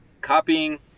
copying